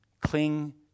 Cling